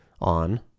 on